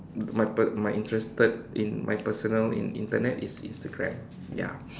my per~ my interested in my personal Internet is Instagram ya